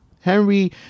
Henry